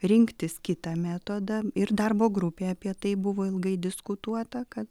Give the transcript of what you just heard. rinktis kitą metodą ir darbo grupėj apie tai buvo ilgai diskutuota kad